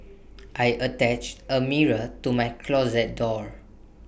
I attached A mirror to my closet door